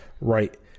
right